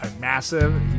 massive